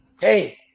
Hey